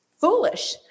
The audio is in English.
foolish